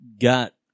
got